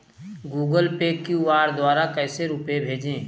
Google Pay QR द्वारा कैसे रूपए भेजें?